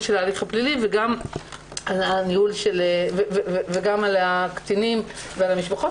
ניהול ההליך הפלילי, וגם על הקטינים והמשפחות.